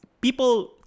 people